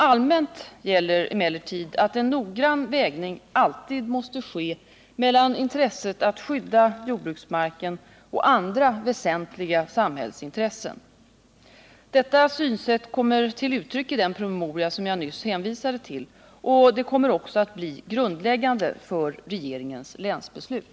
Allmänt gäller emellertid att en noggrann vägning alltid måste ske mellan intresset att skydda jordbruksmarken och andra väsentliga samhällsintressen. Detta synsätt kommer till uttryck i den promemoria som jag nyss hänvisade till och det kommer också att bli grundläggande för regeringens länsbeslut.